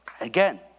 again